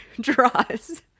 draws